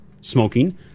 Smoking